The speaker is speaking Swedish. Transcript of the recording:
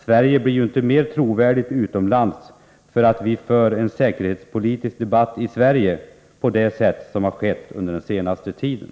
Sverige blir ju inte mer trovärdigt utomlands för att vi för den säkerhetspolitiska debatten på det sätt som har skett på den senaste tiden.